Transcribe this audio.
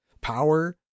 power